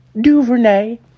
DuVernay